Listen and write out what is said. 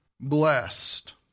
blessed